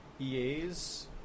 EA's